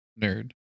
nerd